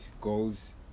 goals